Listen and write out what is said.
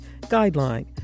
Guideline